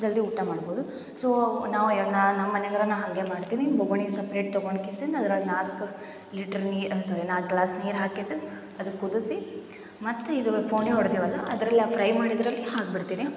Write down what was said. ಜಲ್ದಿ ಊಟ ಮಾಡ್ಬೋದು ಸೊ ನಾವ್ಯೆನ ನಮ್ಮಮನೆಗರ ನಾ ಹಂಗೆ ಮಾಡ್ತೀನಿ ಬೊಗುಣಿ ಸಪ್ರೇಟ್ ತಗೊಂಡು ಕಿಸೆನ್ ಅದ್ರಲ್ಲಿ ನಾಲ್ಕು ಲೀಟ್ರ್ ನೀರು ಸ್ವಾರಿ ನಾಲ್ಕು ಗ್ಲಾಸ್ ನೀರು ಹಾಕ್ಕೆಸನ್ ಅದಕ್ಕೆ ಕುದಿಸಿ ಮತ್ತು ಇದು ಫೋಣೆ ಹೊಡ್ದೆವಲ್ಲ ಅದರಲ್ಲಿ ಆ ಫ್ರೈ ಮಾಡಿದ್ರಲ್ಲಿ ಹಾಕಿಬಿಡ್ತೀನಿ